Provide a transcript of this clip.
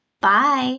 Bye